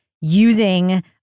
using